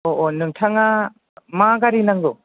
औ औ नोंथाङा मा गारि नांगौ